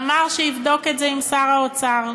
אמר שיבדוק את זה עם שר האוצר.